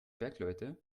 bergleute